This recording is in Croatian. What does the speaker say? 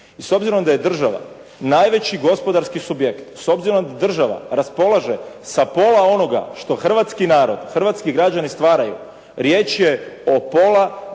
I s obzirom da je država najveći gospodarski subjekt, s obzirom da država raspolaže sa pola onoga što hrvatski narod, hrvatski građani stvaraju, riječ je o pola bruto